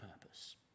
purpose